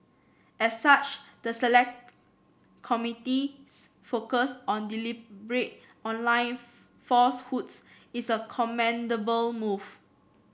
as such the select committee's focus on deliberate online falsehoods is a commendable move